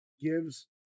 gives